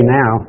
now